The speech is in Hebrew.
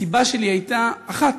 הסיבה שלי הייתה אחת: